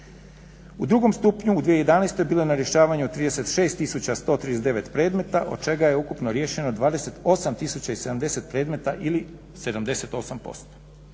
U drugom stupnju u 2011. bilo je na rješavanju 36139 predmeta, od čega je ukupno riješeno 28070 predmeta ili 78%.